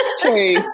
True